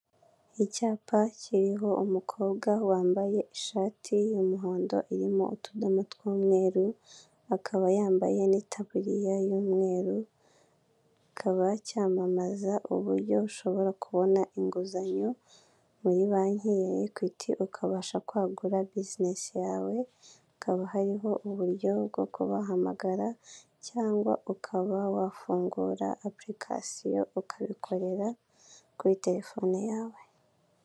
Icyapa kiriho umukobwa wambaye ishati y'umuhondo irimo utudomo tw'umweru akaba yambaye n'itabiririya y'umweru, kikaba cyamamaza uburyo ushobora kubona inguzanyo muri banki ya ekwiti ukabasha kwagura bizinesi yawe, hakaba hariho uburyo bwo kubahamagara cyangwa ukaba wafungura apulikasiyo ukabikorera kuri telefone yawe.